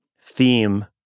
theme